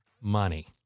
money